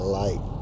light